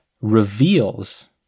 reveals